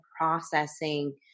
processing